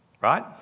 Right